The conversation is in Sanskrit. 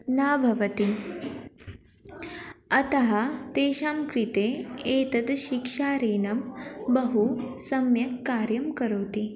न भवति अतः तेषां कृते एतद् शिक्षाऋणं बहु सम्यक् कार्यं करोति